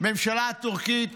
הממשלה הטורקית,